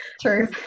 True